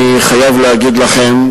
אני חייב להגיד לכם,